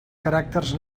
caràcters